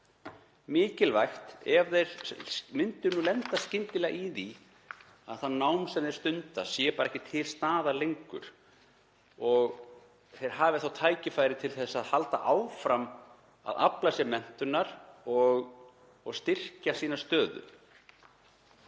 mikilvægt ef þeir myndu lenda skyndilega í því að það nám sem þeir stunda sé bara ekki til staðar lengur. Þeir hafi þá tækifæri til þess að halda áfram að afla sér menntunar og styrkja sína stöðu.